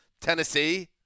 Tennessee